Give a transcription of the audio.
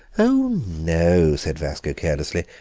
oh no, said vasco carelessly,